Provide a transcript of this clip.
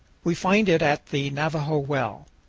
we find it at the navajo well.